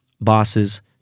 bosses